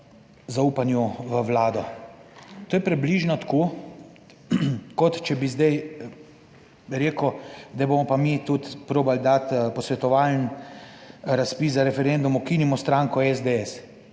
zaupanju v Vlado. To je približno tako kot če bi zdaj rekel, da bomo pa mi tudi probali dati posvetovalni razpis za referendum, ukinimo stranko SDS,